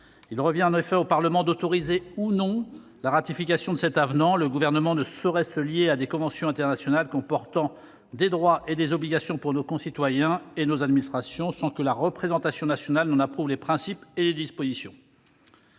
Il revient en effet au Parlement d'autoriser, ou non, sa ratification. Le Gouvernement ne saurait se lier à des conventions internationales comportant des droits et des obligations pour nos concitoyens et nos administrations sans que la représentation nationale en approuve les principes et les dispositions.